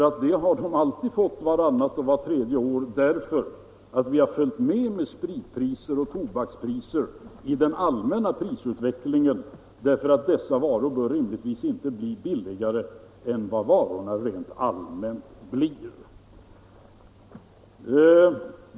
Det har de alltid fått vart annat eller vart tredje år, vi har följt med när det gällt spritpriser och tobakspriser i den allmänna prisutvecklingen därför att dessa varor inte rimligvis bör bli billigare än varorna rent allmänt blir.